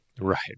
Right